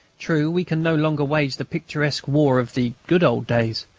true, we can no longer wage the picturesque war of the good old days.